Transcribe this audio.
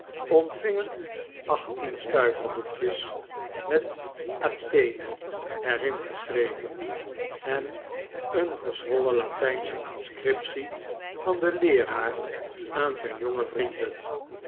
ontvingen achttien stuivers boekjes met athene er in geschreven en een gezwollen latijnsche inscriptie van den leeraar aan zijn jonge vrienden